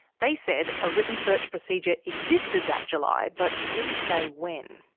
they said a written search procedure existed that july, but didn't say when.